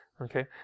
okay